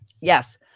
Yes